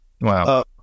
Wow